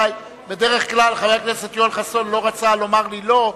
בדרך כלל חבר הכנסת יואל חסון לא רוצה לומר לי לא,